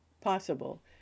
possible